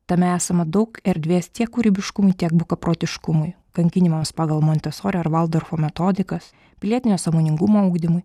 tame esama daug erdvės tiek kūrybiškumui tiek bukaprotiškumui kankinimams pagal montesori ar valdorfo metodikas pilietinio sąmoningumo ugdymui